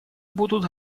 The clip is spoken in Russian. будут